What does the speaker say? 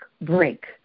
break